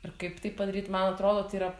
ir kaip tai padaryt man atrodo tai yra